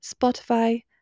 Spotify